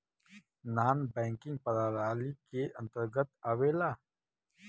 नानॅ banking प्रणाली के अंतर्गत आवेला